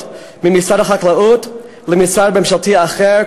הסמכויות ממשרד החקלאות למשרד ממשלתי אחר,